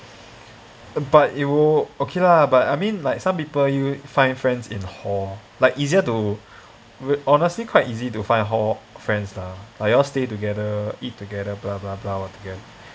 but it will okay lah but I mean like some people you will find friends in hall like easier to with honestly quite easy to find hall friends lah like all stay together eat together blah blah blah all together